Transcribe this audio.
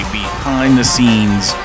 behind-the-scenes